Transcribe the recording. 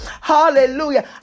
Hallelujah